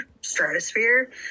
stratosphere